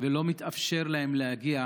ולא מתאפשר להם להגיע